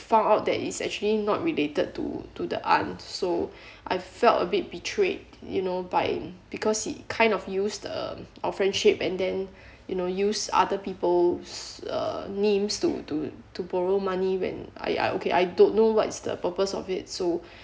found out that it's actually not related to to the aunt so I felt a bit betrayed you know by because he kind of used uh our friendship and then you know use other people's uh names to to to borrow money when I I okay I don't know what's the purpose of it so